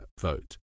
vote